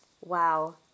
Wow